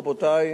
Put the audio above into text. רבותי,